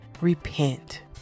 Repent